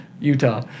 Utah